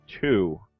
Two